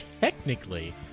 technically